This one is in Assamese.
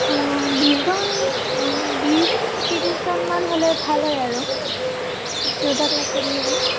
বিছজন অঁ বিছ ত্ৰিছজনমান হ'লে ভাল হয় আৰু দুইটা ক্লাছৰ মিলি